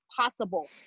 possible